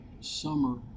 summer